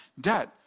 debt